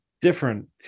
different